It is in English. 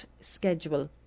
schedule